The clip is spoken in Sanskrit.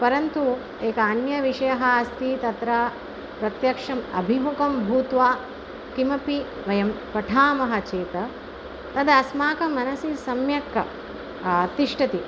परन्तु एकः अन्य विषयः अस्ति तत्र प्रत्यक्षम् अभिमुखं भूत्वा किमपि वयं पठामः चेत् तद् अस्माकं मनसि सम्यक् तिष्ठति